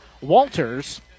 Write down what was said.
Walters